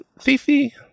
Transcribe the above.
Fifi